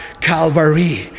Calvary